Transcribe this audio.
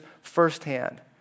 firsthand